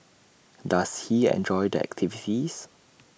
does he enjoy the activities